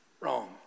Wrong